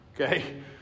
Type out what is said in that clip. Okay